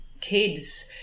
kids